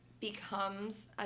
becomes